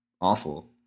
awful